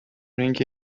اینکه